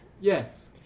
yes